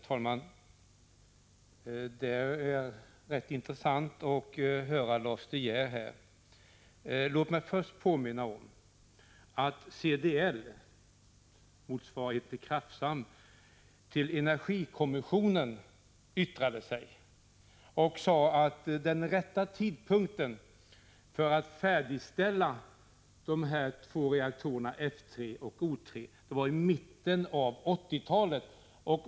Herr talman! Det var rätt intressant att höra Lars De Geer. Låt mig först påminna om att CDL, en motsvarighet till Kraftsam, avgav ett yttrande till energikommissionen där det framhölls att den rätta tidpunkten för att färdigställa de två reaktorerna F 3 och O 3 var mitten av 1980-talet.